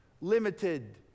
Limited